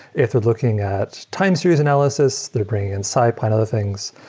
if they're looking at time series analysis, they're bringing in cypy and other things.